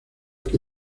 que